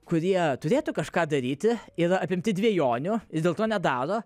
kurie turėtų kažką daryti yra apimti dvejonių ir dėl to nedaro